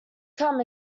come